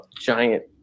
giant